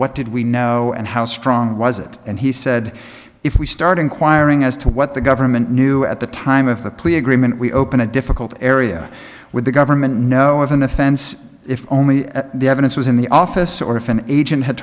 what did we know and how strong was it and he said if we start inquiring as to what the government knew at the time of the plea agreement we open a difficult area with the government know of an offense if only the evidence was in the office or if an agent had